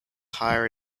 higher